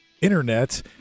internet